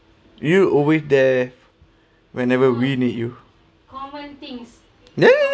you always there whenever we need you ya